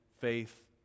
faith